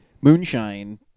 moonshine